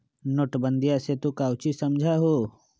नोटबंदीया से तू काउची समझा हुँ?